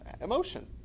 emotion